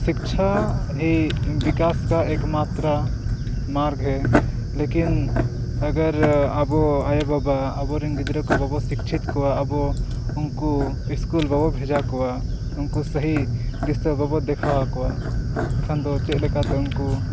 ᱥᱤᱠᱪᱷᱟ ᱦᱤ ᱵᱤᱠᱟᱥ ᱠᱟ ᱮᱠᱢᱟᱛᱨᱟ ᱢᱟᱨᱜᱽ ᱦᱮᱸ ᱞᱮᱠᱤᱱ ᱟᱜᱟᱨ ᱟᱵᱚ ᱟᱭᱳ ᱵᱟᱵᱟ ᱟᱵᱚᱨᱮᱱ ᱜᱤᱫᱽᱨᱟᱹ ᱠᱚ ᱵᱟᱵᱚ ᱥᱤᱠᱪᱷᱤᱛ ᱠᱚᱣᱟ ᱟᱵᱚ ᱩᱱᱠᱩ ᱥᱠᱩᱞ ᱵᱟᱵᱚ ᱵᱷᱮᱡᱟ ᱠᱚᱣᱟ ᱩᱱᱠᱩ ᱥᱟᱦᱤ ᱫᱤᱥᱟᱹ ᱵᱟᱵᱚ ᱫᱮᱠᱷᱟᱣᱟᱠᱚᱣᱟ ᱮᱱᱠᱷᱟᱱ ᱫᱚ ᱪᱮᱫ ᱞᱮᱠᱟᱛᱮ ᱩᱱᱠᱩ